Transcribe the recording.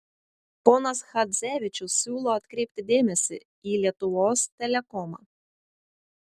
ponas chadzevičius siūlo atkreipti dėmesį į lietuvos telekomą